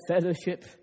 fellowship